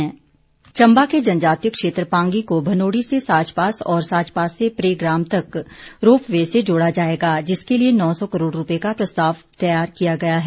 रोप वे चम्बा के जनजातीय क्षेत्र पांगी को भनोड़ी से साचपास और साचपास से प्रेग्राम तक रोप वे से जोड़ा जाएगा जिसके लिए नौ सौ करोड़ रुपए का प्रस्ताव तैयार किया गया है